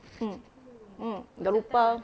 mm mm garoupa